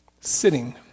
sitting